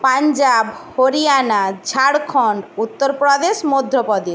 Punjab Haryana Jharkhand Uttar Pradesh Madhya Pradesh